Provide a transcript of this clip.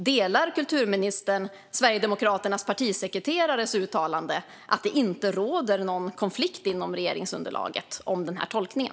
Delar kulturministern Sverigedemokraternas partisekreterares åsikt och uttalande om att det inte råder någon konflikt inom regeringsunderlaget om den här tolkningen?